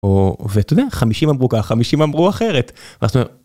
ואתה חמישים אמרו ככה חמישים אמרו אחרת.